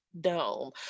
dome